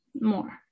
more